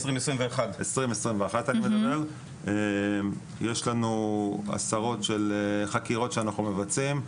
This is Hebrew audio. אני מדבר על 2021. יש לנו עשרות של חקירות שאנחנו מבצעים,